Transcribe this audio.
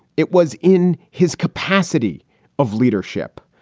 it was in his capacity of leadership.